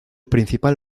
principal